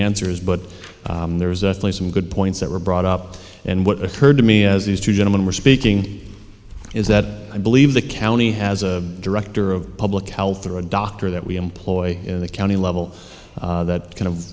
answers but there's certainly some good points that were brought up and what occurred to me as these two gentlemen were speaking is that i believe the county has a director of public health or a doctor that we employ in the county level that kind of